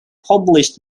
published